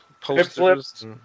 posters